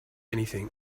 anything